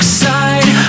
side